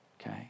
Okay